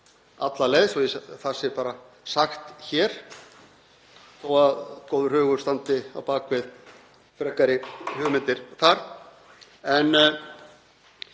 alla leið, svo það sé sagt hér, þó að góður hugur standi á bak við frekari hugmyndir þar